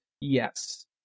Yes